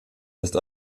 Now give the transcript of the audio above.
ist